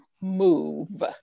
move